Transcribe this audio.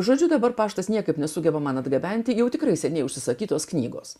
žodžiu dabar paštas niekaip nesugeba man atgabenti jau tikrai seniai užsisakytos knygos